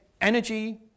energy